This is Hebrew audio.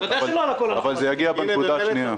אבל זה יגיע בנקודה השנייה.